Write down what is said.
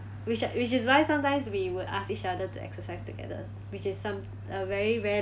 which which is why sometimes we would ask each other to exercise together which is some~ uh very very